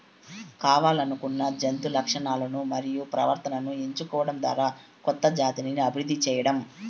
కావల్లనుకున్న జంతు లక్షణాలను మరియు ప్రవర్తనను ఎంచుకోవడం ద్వారా కొత్త జాతిని అభివృద్ది చేయడం